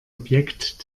objekt